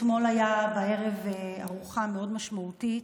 אתמול הייתה בערב ארוחה מאוד משמעותית.